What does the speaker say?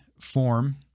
form